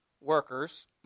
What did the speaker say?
workers